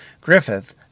Griffith